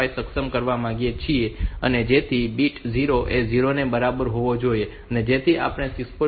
5 સક્ષમ કરવા માંગીએ છીએ જેથી બીટ 0 એ 0 ની બરાબર હોવો જોઈએ જેથી આપણે 6